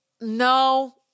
no